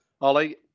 Ollie